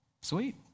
sweet